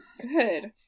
Good